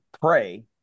pray